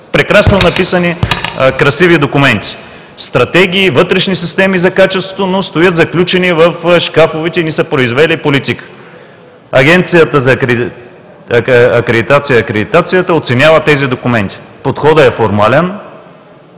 прекрасно написани красиви документи – стратегии, вътрешни системи за качеството, но стоят заключени в шкафовете и не са произвели политика. Агенцията за оценяване и акредитация оценява тези документи. Подходът е формален,